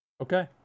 Okay